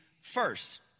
first